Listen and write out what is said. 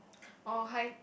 oh hide